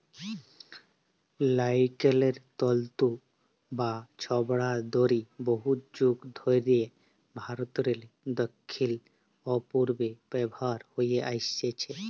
লাইড়কেল তল্তু বা ছবড়ার দড়ি বহুত যুগ ধইরে ভারতেরলে দখ্খিল অ পূবে ব্যাভার হঁয়ে আইসছে